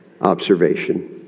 observation